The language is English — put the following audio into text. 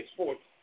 Sports